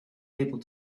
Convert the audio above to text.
able